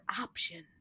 option